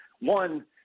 One